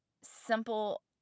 simple